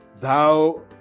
thou